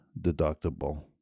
deductible